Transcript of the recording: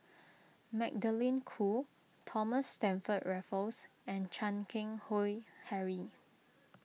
Magdalene Khoo Thomas Stamford Raffles and Chan Keng Howe Harry